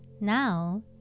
Now